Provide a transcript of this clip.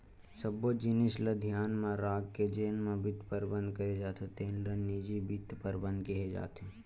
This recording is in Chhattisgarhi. सब्बो जिनिस ल धियान म राखके जेन म बित्त परबंध करे जाथे तेन ल निजी बित्त परबंध केहे जाथे